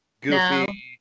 goofy